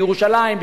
בירושלים,